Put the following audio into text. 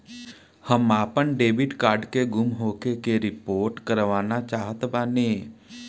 हम आपन debit card के गुम होखे के रिपोर्ट करवाना चाहत बानी